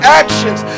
actions